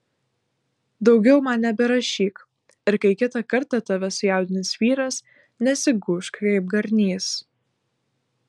daugiau man neberašyk ir kai kitą kartą tave sujaudins vyras nesigūžk kaip garnys